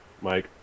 Mike